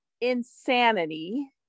insanity